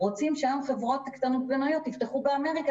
רוצים שהיום חברות קטנות ובינוניות יפתחו באמריקה